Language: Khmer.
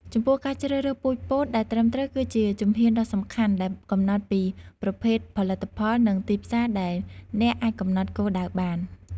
ចំពោះការជ្រើសរើសពូជពោតដែលត្រឹមត្រូវគឺជាជំហានដ៏សំខាន់ដែលកំណត់ពីប្រភេទផលិតផល និងទីផ្សារដែលអ្នកអាចកំណត់គោលដៅបាន។